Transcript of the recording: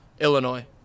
Illinois